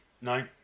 No